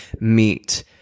meet